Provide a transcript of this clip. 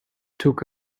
took